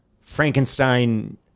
Frankenstein